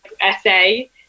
essay